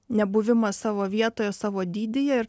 nebuvimą savo vietoje savo dydyje